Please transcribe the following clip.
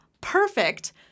perfect